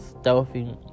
stealthy